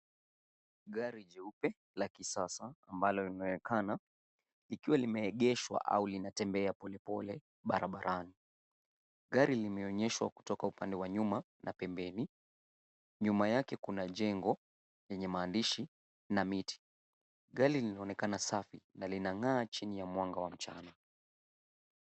Gari jeupe la kisasa ambalo linaonekana likiwa limeegeshwa au linatembea pole pole barabarani. Gari limeonyeshwa kutoka upande wa nyuma na pembeni. Nyuma yake kuna jengo lenye maandishi na miti. Gari linaonekana safi na linang'aa chini ya mwanga wa mchana.